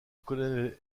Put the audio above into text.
colonel